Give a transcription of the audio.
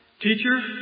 Teacher